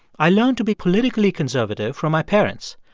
i learned to be politically conservative from my parents,